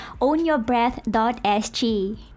ownyourbreath.sg